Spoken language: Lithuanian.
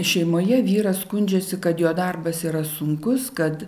šeimoje vyras skundžiasi kad jo darbas yra sunkus kad